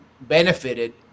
benefited